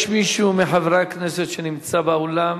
יש מישהו מחברי הכנסת שנמצא באולם